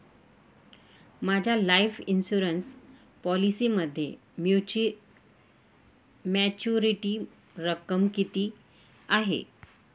माझ्या life insurance पॉलिसीमध्ये maturity रक्कम किती आहे?